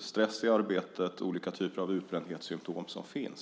stress i arbetet och olika typer av utbrändhetssymtom som finns.